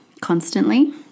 constantly